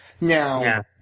now